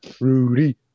Rudy